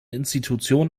institution